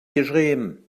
geschrieben